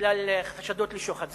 חשדות לשוחד.